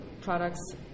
products